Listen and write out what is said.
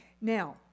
Now